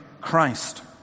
Christ